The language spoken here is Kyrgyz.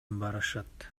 барышат